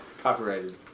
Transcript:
Copyrighted